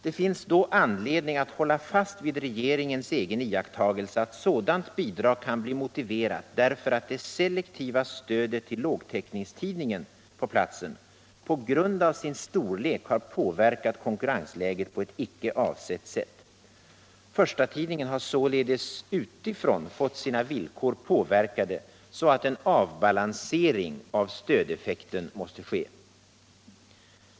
Det finns därvid anledning att hålla fast vid regeringens egen iakttagelse att sådant bidrag kan bli motiverat därför att det selektiva stödet till lågtäckningstidningen på grund av sin storlek har påverkat konkurrensläget på ett icke avsett sätt. Förstatidningen har således utifrån fått sina villkor påverkade så att en avbalansering av stödeffekten måste sökas.